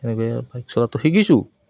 এনেকৈ বাইক চলাটো শিকিছোঁ